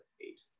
eight